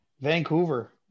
Vancouver